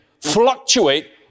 fluctuate